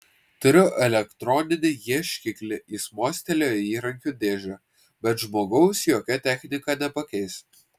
turiu elektroninį ieškiklį jis mostelėjo į įrankių dėžę bet žmogaus jokia technika nepakeis